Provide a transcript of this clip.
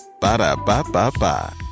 Ba-da-ba-ba-ba